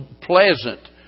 pleasant